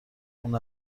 اون